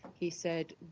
he said,